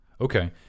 okay